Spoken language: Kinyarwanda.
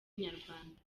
inyarwanda